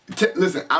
Listen